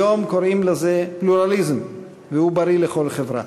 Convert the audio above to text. היום קוראים לזה פלורליזם, והוא בריא לכל חברה,